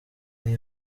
ubwo